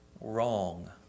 wrong